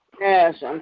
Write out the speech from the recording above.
Yes